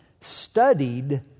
studied